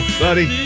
buddy